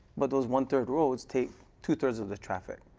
but those one-third roads take two-thirds of the traffic.